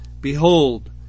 Behold